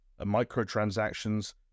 microtransactions